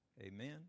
Amen